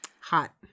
hot